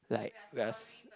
like we are